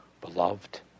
Beloved